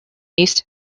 east